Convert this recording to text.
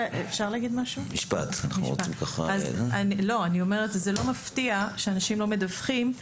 זה לא מפתיע שאנשים לא מדווחים,